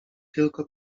tylko